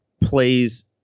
plays